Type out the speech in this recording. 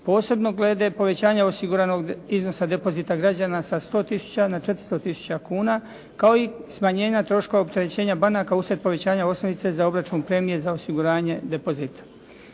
posebno glede povećanja osiguranog iznosa depozita građana sa 100 tisuća na 400 tisuća kuna, kao i smanjenje troškova opterećenja banaka uslijed povećanja osnovice za obračun premije za osiguranje depozita.